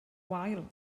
wael